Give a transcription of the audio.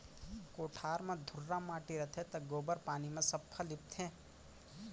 कोठार म धुर्रा माटी रथे त गोबर पानी म सफ्फा लीपथें